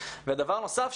דבר נוסף,